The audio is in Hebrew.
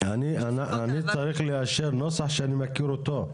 שסופות האבק --- אני צריך לאשר נוסח שאני מכיר אותו.